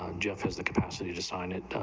um just as the capacity to sign it,